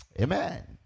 Amen